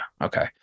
Okay